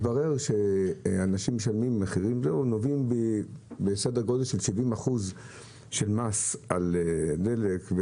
שמתברר שאנשים משלמים מס בסדר גודל של 70% על דלק.